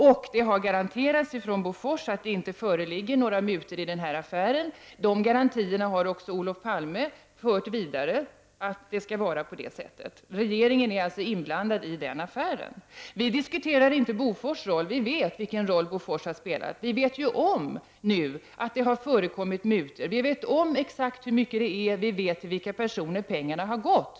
Vidare har det garanterats från Bofors sida att det inte föreligger några mutor i den här affären. När det gäller dessa garantier har också Olof Palme fört vidare hur det skall vara. Regeringen är alltså inblandad i den affären. Vi diskuterar inte Bofors roll. Vi vet vilken roll Bofors har spelat. Vi vet ju att det har förekommit mutor. Vi vet exakt hur mycket det rör sig om. Vi vet till vilka personer som pengarna har gått.